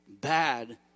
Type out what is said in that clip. bad